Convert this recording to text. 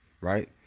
right